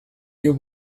you